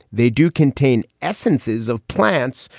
they do contain essences of plants.